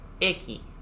Icky